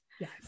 Yes